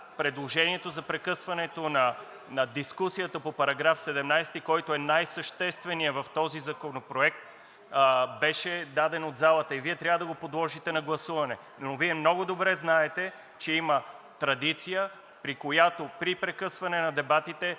предложението за прекъсването на дискусията по § 17, който е най-същественият в този законопроект, беше дадено от залата и Вие трябва да го подложите на гласуване. Но Вие много добре знаете, че има традиция, при която при прекъсване на дебатите